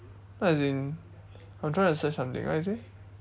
no as in I'm trying to search something what you say